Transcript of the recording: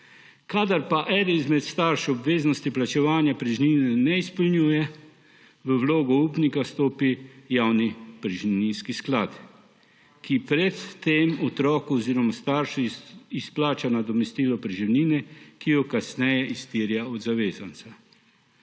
Kadar pa eden izmed staršev obveznosti plačevanja preživnine ne izpolnjuje, v vlogo upnika stopi javni preživninski sklad, ki pred tem otroku oziroma staršu izplača nadomestilo preživnine, ki jo kasneje iztirja od zavezanca.